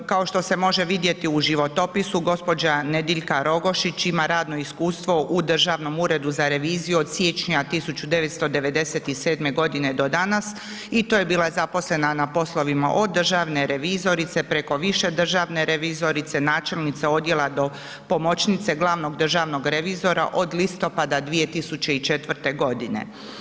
Kao što se može vidjeti u životopisu gospođa Nediljka Rogošić ima radno iskustvo u Državnom uredu za reviziju od siječnja 1997. godine do dana i to je bila zaposlena na poslovima od državne revizorice preko više državne revizorice, načelnice odjela do pomoćnice glavnog državnog revizora od listopada 2004. godine.